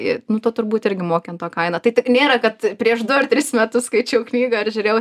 i nu tu turbūt irgi moki ant to kainą tai t nėra kad prieš du ar tris metus skaičiau knygą ar žiūrėjau serialą bet